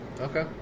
Okay